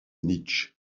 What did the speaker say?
nietzsche